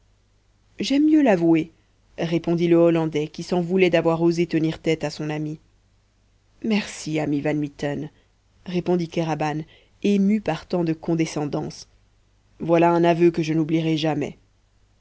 j'aime mieux l'avouer répondit le hollandais qui s'en voulait d'avoir osé tenir tête à son ami merci ami van mitten répondit kéraban ému par tant de condescendance voila un aveu que je n'oublierai jamais